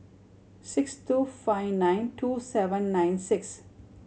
six two five nine two seven nine six